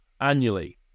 annually